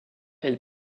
elle